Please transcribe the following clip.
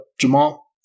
Jamal